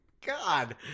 god